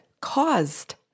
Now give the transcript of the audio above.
caused